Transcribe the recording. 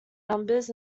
numbers